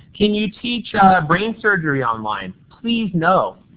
can you teach brain surgery online? please no.